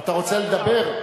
אתה רוצה לדבר?